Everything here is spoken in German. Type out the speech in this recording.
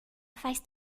weißt